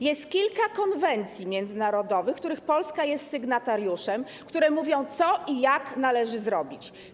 Jest kilka konwencji międzynarodowych, których Polska jest sygnatariuszem, które mówią, co i jak należy zrobić.